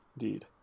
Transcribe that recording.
indeed